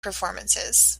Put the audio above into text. performances